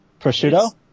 prosciutto